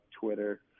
Twitter